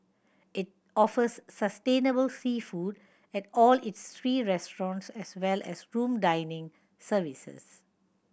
it offers sustainable seafood at all its three restaurants as well as room dining services